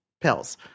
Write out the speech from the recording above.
pills